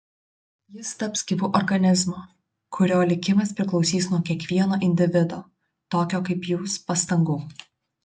jis taps gyvu organizmu kurio likimas priklausys nuo kiekvieno individo tokio kaip jūs pastangų